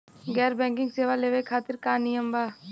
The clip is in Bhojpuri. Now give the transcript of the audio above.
गैर बैंकिंग सेवा लेवे खातिर का नियम बा?